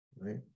right